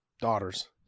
daughters